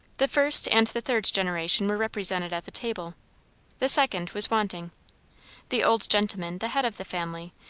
the first and the third generation were represented at the table the second was wanting the old gentleman, the head of the family,